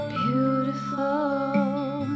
beautiful